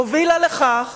הובילה לכך